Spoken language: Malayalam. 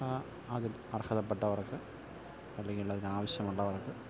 ആദ്യം അർഹതപ്പെട്ടവർക്ക് അല്ലെങ്കിൽ അതിന് ആവശ്യമുള്ളവർക്ക്